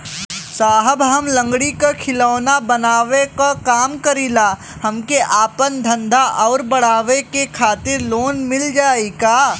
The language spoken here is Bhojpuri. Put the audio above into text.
साहब हम लंगड़ी क खिलौना बनावे क काम करी ला हमके आपन धंधा अउर बढ़ावे के खातिर लोन मिल जाई का?